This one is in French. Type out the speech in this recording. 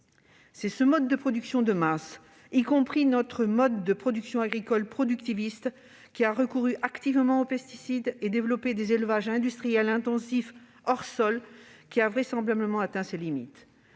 Ce mode de production de masse, y compris notre mode de production agricole productiviste, a recouru activement aux pesticides et développé des élevages industriels intensifs hors-sol ; il a, vraisemblablement, atteint ses limites.